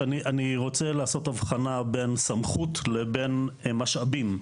אני רוצה לעשות הבחנה בין סמכות לבין משאבים.